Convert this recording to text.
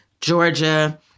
Georgia